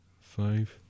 Five